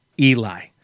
Eli